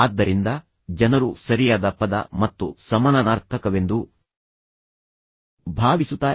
ಆದ್ದರಿಂದ ಜನರು ಸರಿಯಾದ ಪದ ಮತ್ತು ಸಮಾನಾರ್ಥಕವೆಂದು ಭಾವಿಸುತ್ತಾರೆ